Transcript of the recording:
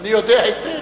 אני יודע היטב.